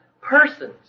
persons